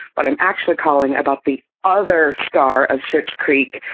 but i'm actually calling about the other star ah search creep.